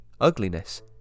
Ugliness